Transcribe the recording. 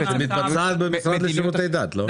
שמתבצעת במשרד לשירותי דת, לא?